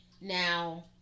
Now